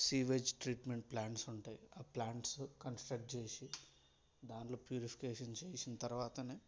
sewage treatment plants ఉంటాయి ఆ plants construct చేసి దాంట్లో ప్యూరిఫికేషన్ చేసిన తర్వాతనే